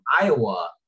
Iowa